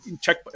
check